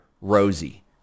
Rosie